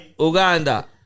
Uganda